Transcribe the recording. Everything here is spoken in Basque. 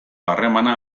harremana